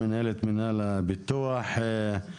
מינהל הפיתוח.